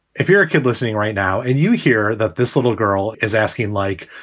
if you're a kid listening right now and you hear that this little girl is asking, like,